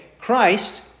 Christ